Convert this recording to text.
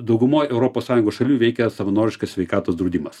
daugumoj europos sąjungos šalių veikia savanoriškas sveikatos draudimas